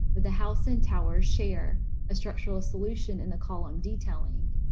where the house and tower share a structural solution in the column detailing,